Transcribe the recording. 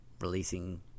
releasing